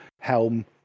helm